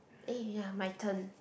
eh ya my turn